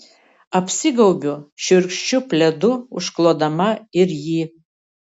apsigaubiu šiurkščiu pledu užklodama ir jį